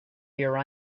your